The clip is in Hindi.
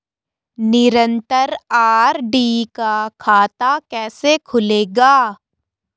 निरन्तर आर.डी का खाता कैसे खुलेगा?